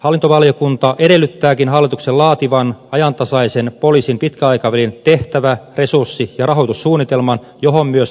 eduskunta edellyttää hallituksen laativan ajantasaisen poliisin pitkän aikavälin tehtävä resurssi ja rahoitussuunnitelman johon myös sitoudutaan